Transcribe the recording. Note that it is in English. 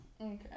Okay